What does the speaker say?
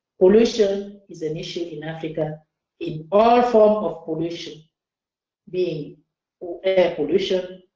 pollution is an issue in africa in all forms of pollution being air pollution,